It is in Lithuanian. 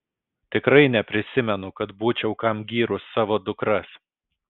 tikrai neprisimenu kad būčiau kam gyrus savo dukras